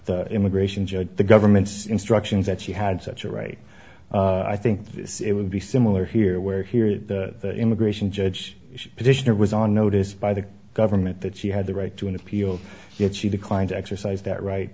the immigration judge the government's instructions that she had such a right i think it would be similar here where here the immigration judge petitioner was on notice by the government that she had the right to an appeal yet she declined to exercise that ri